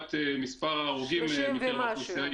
לעומת מספר ההרוגים מקרב האוכלוסייה,